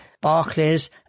Barclays